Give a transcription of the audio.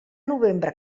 novembre